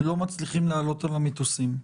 לא מצליחים לעלות על המטוסים?